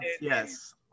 Yes